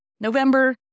November